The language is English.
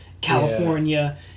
California